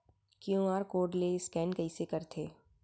QR code ले scan कइसे करथे?